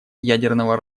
ядерного